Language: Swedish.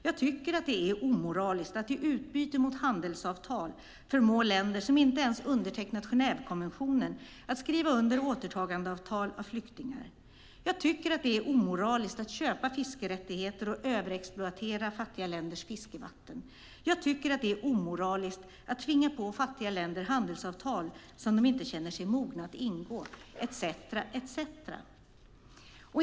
Jag tycker att det är omoraliskt att i utbyte mot handelsavtal förmå länder som inte ens har undertecknat Genèvekonventionen att skriva under återtagandeavtal av flyktingar. Jag tycker att det är omoraliskt att köpa fiskerättigheter och överexploatera fattiga länders fiskevatten. Jag tycker att det är omoraliskt att tvinga på fattiga länder handelsavtal som de inte känner sig mogna att ingå etcetera, etcetera.